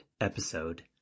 episode